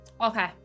okay